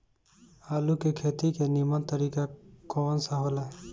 आलू के खेती के नीमन तरीका कवन सा हो ला?